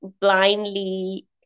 blindly